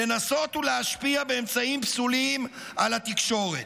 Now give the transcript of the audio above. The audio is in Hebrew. לנסות ולהשפיע באמצעים פסולים על התקשורת.